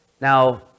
Now